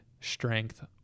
strength